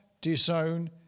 disown